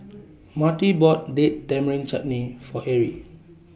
Marty bought Date Tamarind Chutney For Erie